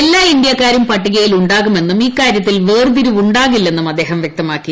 എല്ലാ് ഇന്ത്യക്കാരും പട്ടികയിൽ ഉണ്ടാകുമെന്നും ഇക്കാര്യത്തിൽ വേർതിരിവ് ഉണ്ടാകില്ലെന്നും അദ്ദേഹം വ്യക്തമാക്കി